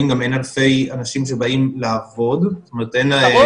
וגם אין אלפי אנשים שבאים לעבוד --- ברור,